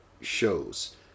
shows